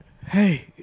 hey